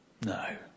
No